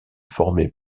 formé